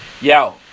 Yo